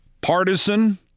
partisan